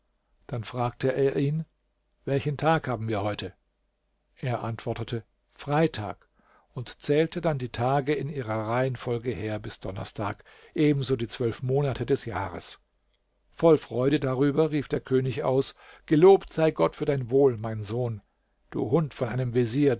dann fragte er ihn welchen tag haben wir heute er antwortete freitag und zählte dann die tage in ihrer reihenfolge her bis donnerstag ebenso die zwölf monate des jahres voll freude darüber rief der könig aus gelobt sei gott für dein wohl mein sohn du hund von einem vezier